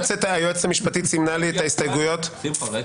מי נגד?